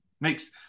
makes